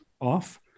off